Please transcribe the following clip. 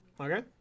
Okay